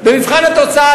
במבחן התוצאה,